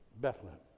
Bethlehem